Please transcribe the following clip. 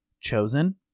Chosen